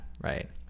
right